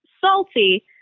salty